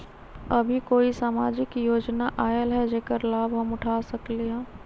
अभी कोई सामाजिक योजना आयल है जेकर लाभ हम उठा सकली ह?